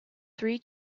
three